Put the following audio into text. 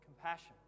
Compassion